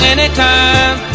Anytime